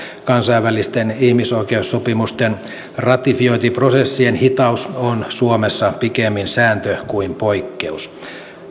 kansainvälisten ihmisoikeussopimusten ratifiointiprosessien hitaus on suomessa pikemmin sääntö kuin poikkeus